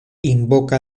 invoca